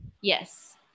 Yes